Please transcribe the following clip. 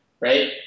Right